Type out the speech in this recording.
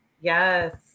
Yes